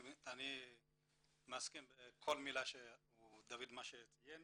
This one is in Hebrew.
אני מסכים לכל מילה שהוא ציין.